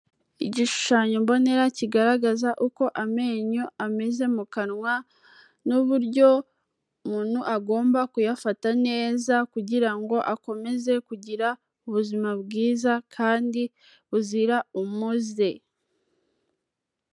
Igishushanyo mbonera kigaragaza uko amenyo ameze mu kanwa n'uburyo umuntu agomba kuyafata neza, kugira ngo akomeze kugira ubuzima bwiza kandi buzira umuze.